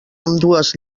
ambdues